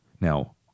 Now